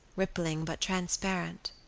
rippling, but transparent.